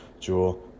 Jewel